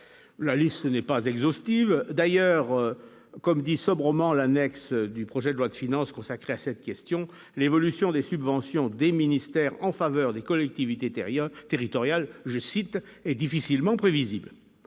la liste n'est pas exhaustive, d'ailleurs, comme dit sobrement l'annexe du projet de loi de finances consacré à cette question, l'évolution des subventions des ministères en faveur des collectivités Thériault territoriale, je cite, est difficilement prévisible